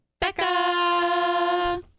Becca